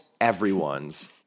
everyone's